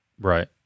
right